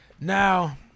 Now